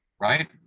right